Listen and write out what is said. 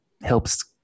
helps